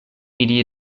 ili